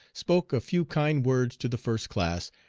spoke a few kind words to the first class,